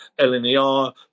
LNER